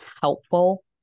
helpful